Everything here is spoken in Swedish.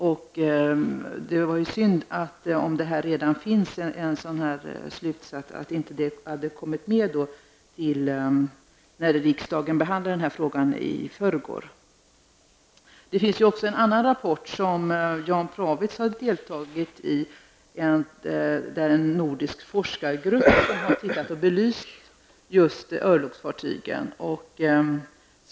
Om det redan finns sådana här slutsatser, är det synd att de inte hade kommit med när riksdagen behandlade den här frågan i förrgår. Det finns ju också en annan rapport, som Jan Prawitz har deltagit i. En nordisk forskargrupp har belyst frågan om örlogsfartygen.